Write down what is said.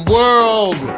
world